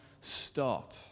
stop